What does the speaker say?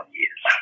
years